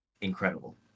incredible